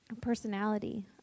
Personality